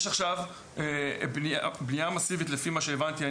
יש בנייה מאסיבית לפי מה שהבנתי.